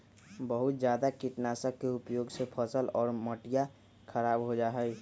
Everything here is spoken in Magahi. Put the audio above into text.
बहुत जादा कीटनाशक के उपयोग से फसल और मटिया खराब हो जाहई